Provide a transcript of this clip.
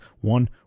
one